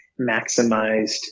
maximized